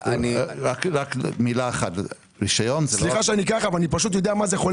סליחה, אבל אני יודע מה זה.